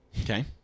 okay